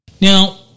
Now